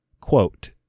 quote